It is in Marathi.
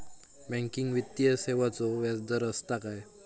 बँकिंग वित्तीय सेवाचो व्याजदर असता काय?